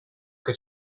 che